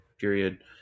period